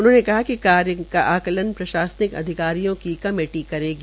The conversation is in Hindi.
उन्होंने कहा कि कार्य का आंकलन प्रशासनिक अधिकारियों की कमेटी करेगी